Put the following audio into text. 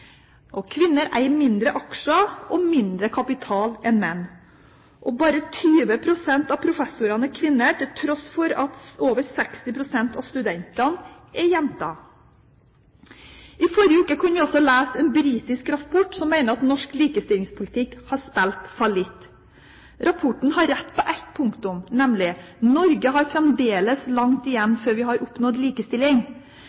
Kvinner eier mindre aksjer og mindre kapital enn menn. Bare 20 pst. av professorene er kvinner, til tross for at over 60 pst. av studentene er jenter. I forrige uke kunne vi også lese en britisk rapport som mener at norsk likestillingspolitikk har spilt fallitt. Rapporten har rett på ett punkt, nemlig: Norge har fremdeles langt